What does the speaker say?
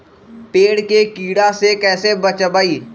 पेड़ के कीड़ा से कैसे बचबई?